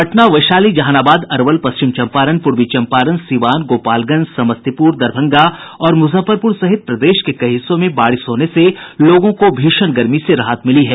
पटना वैशाली जहानाबाद अरवल पश्चिम चंपारण पूर्वी चंपारण सीवान गोपालगंज समस्तीपुर दरभंगा और मुजफ्फरपुर सहित प्रदेश के कई हिस्सों में बारिश होने से लोगों को भीषण गर्मी से राहत मिली है